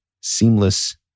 seamless